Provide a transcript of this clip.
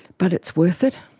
but it's worth it,